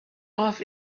off